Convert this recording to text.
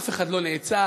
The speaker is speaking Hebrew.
אף אחד לא נעצר,